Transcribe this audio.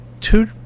two